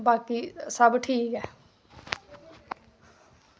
बाकी सब ठीक ऐ